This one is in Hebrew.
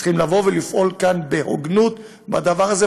צריכים לפעול כאן בהוגנות בדבר הזה,